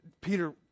Peter